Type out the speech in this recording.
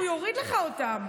הוא יוריד לך אותן.